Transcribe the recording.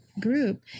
group